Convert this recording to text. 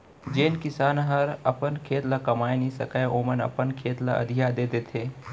जेन किसान हर अपन खेत ल कमाए नइ सकय ओमन अपन खेत ल अधिया दे देथे